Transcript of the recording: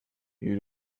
you